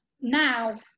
now